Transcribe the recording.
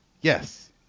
yes